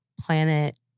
planet